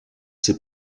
ses